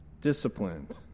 disciplined